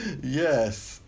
Yes